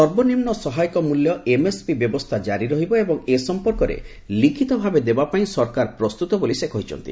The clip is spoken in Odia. ସର୍ବନିମ୍ନ ସହାୟକ ମୂଲ୍ୟ ଏମ୍ଏସ୍ପି ବ୍ୟବସ୍ଥା ଜାରି ରହିବ ଏବଂ ଏ ସମ୍ପର୍କରେ ଲିଖିତ ଭାବେ ଦେବାପାଇଁ ସରକାର ପ୍ରସ୍ତୁତ ବୋଲି ସେ କହିଛନ୍ତି